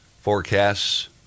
Forecasts